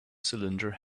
cylinder